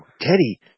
Teddy